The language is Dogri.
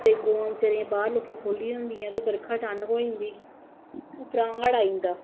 डंगर ते रुढ़दे गवां बचैरियां बाहर लोकें खोह्ली दियां होंदियां ते बर्खा अचानक होई जंदी उप्परा हाड़ आई जंदा